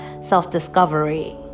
self-discovery